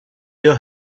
your